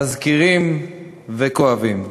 מזכירים וכואבים.